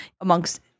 amongst